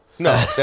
No